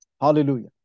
Hallelujah